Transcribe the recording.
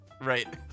Right